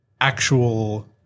actual